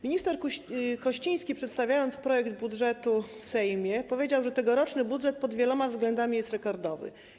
Minister Kościński, przedstawiając projekt budżetu w Sejmie, powiedział, że tegoroczny budżet pod wieloma względami jest rekordowy.